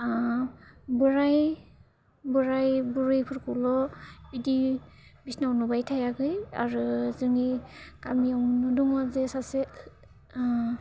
बोराइ बोराइ बुरैफोरखौल' बिदि बिसिनायाव नुबाय थायाखै आरो जोंनि गामियावनो दङ जे सासे